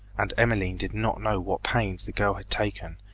and emmeline did not know what pains the girl had taken,